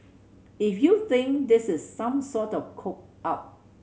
if you think this is some sort of cop out